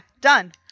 done